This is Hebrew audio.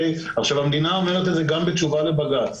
המדינה אומרת את זה גם בתשובה לבג"ץ.